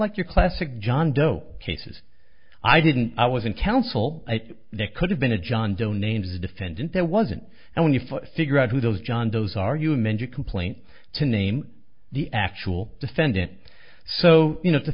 like your classic john doe cases i didn't i was in council that could have been a john doe names defendant there wasn't and when you figure out who those john those are you amended complaint to name the actual defendant so you know to